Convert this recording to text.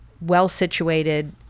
well-situated